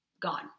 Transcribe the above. gone